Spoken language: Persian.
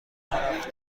طرف